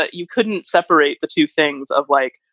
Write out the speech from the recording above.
ah you couldn't separate the two things of like,